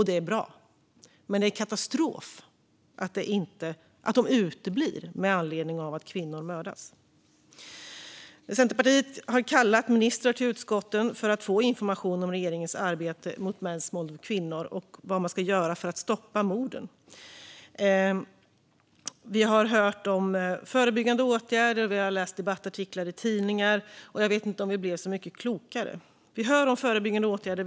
Det är bra, men det är katastrof att de uteblir med anledning av att kvinnor mördas. Centerpartiet har kallat ministrar till utskotten för att få information om regeringens arbete mot mäns våld mot kvinnor och vad man ska göra för att stoppa morden. Vi har hört om förebyggande åtgärder, och vi har läst debattartiklar i tidningar. Jag vet inte om vi blev så mycket klokare av det. Vi hör om förebyggande åtgärder.